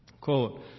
Quote